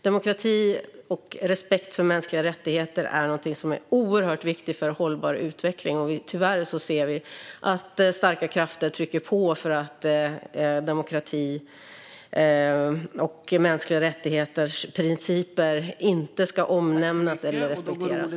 Demokrati och respekt för mänskliga rättigheter är oerhört viktigt för en hållbar utveckling, och tyvärr ser vi att starka krafter trycker på för att demokrati och principer om mänskliga rättigheter inte ska omnämnas eller respekteras.